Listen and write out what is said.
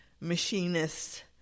machinists